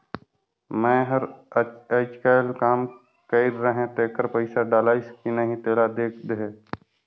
मै हर अईचकायल काम कइर रहें तेकर पइसा डलाईस कि नहीं तेला देख देहे?